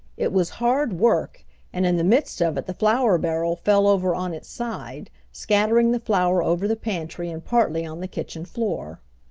it was hard work and in the midst of it the flour barrel fell over on its side, scattering the flour over the pantry and partly on the kitchen floor.